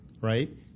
Right